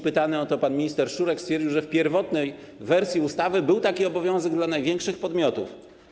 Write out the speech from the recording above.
Pytany o to pan minister Szczurek stwierdził, że w pierwotnej wersji ustawy był taki obowiązek dla największych podmiotów.